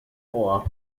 ohr